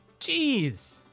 Jeez